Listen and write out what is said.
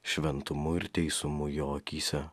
šventumu ir teisumu jo akyse